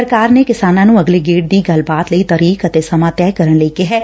ਸਰਕਾਰ ਨੇ ਕਿਸਾਨਾਂ ਨੂੰ ਅਗਲੇ ਗੇੜ ਦੀ ਗੱਲਬਾਤ ਲਈ ਤਰੀਕ ਅਤੇ ਸਮਾ ਤੈਅ ਕਰਨ ਲਈ ਕਿਹੈ